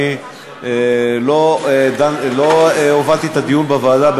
אני לא הובלתי את הדיון בוועדה.